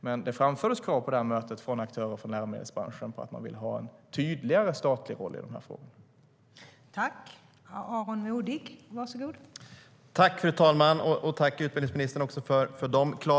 Men det framfördes krav på det här mötet från aktörer från läromedelsbranschen på en tydligare statlig roll i de här frågorna.